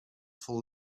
full